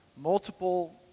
multiple